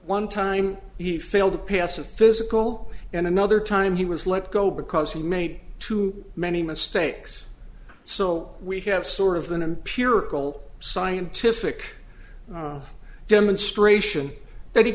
one time he failed to pass a physical and another time he was let go because he made too many mistakes so we have sort of an empirical scientific demonstration that he